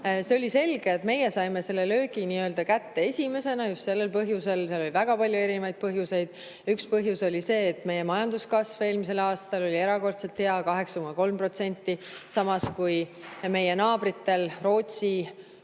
See oli selge, et meie saime selle löögi kätte esimesena ja seal oli väga palju erinevaid põhjuseid. Üks põhjus oli see, et meie majanduskasv eelmisel aastal oli erakordselt hea – 8,3% –, samas kui meie naabritel Rootsil,